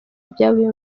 ibyavuye